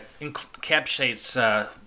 encapsulates